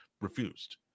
refused